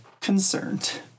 concerned